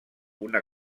una